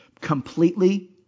completely